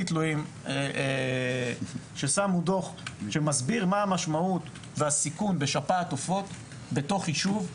תלויים ששמו דוח שמסביר מה המשמעות והסיכון בשפעת עופות ביישוב,